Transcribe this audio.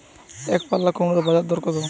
একপাল্লা কুমড়োর বাজার দর কত?